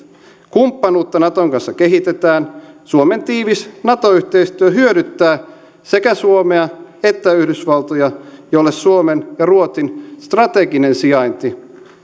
kumppanuutta naton kanssa kehitetään suomen tiivis nato yhteistyö hyödyttää sekä suomea että yhdysvaltoja jolle suomen ja ruotsin strateginen sijainti